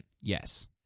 Yes